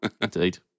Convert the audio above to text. indeed